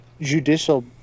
judicial